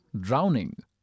drowning